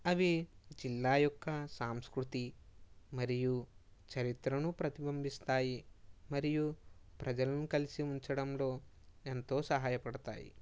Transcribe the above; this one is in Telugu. అవి జిల్లా యొక్క సంస్కృతి మరియు చరిత్రను ప్రతిబింబిస్తాయి మరియు ప్రజలను కలిసి ఉంచడంలో ఎంతో సహాయపడతాయి